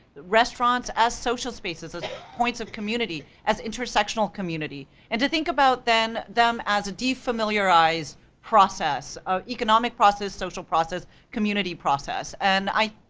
restaurants, as social spaces, as points of community, as intersectional community. and to think about then, them as a de-familiarized process. of economic process, social process, community process. and i,